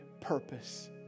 purpose